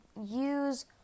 use